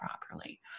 properly